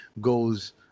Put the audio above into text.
goes